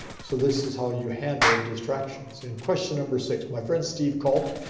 so this is how you handle distractions. and question number six my friend steve called.